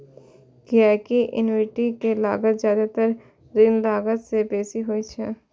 कियैकि इक्विटी के लागत जादेतर ऋणक लागत सं बेसी होइ छै